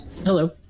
Hello